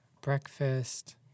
breakfast